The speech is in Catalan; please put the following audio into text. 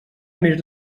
més